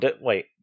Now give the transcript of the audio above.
wait